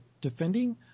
defending